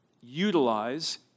utilize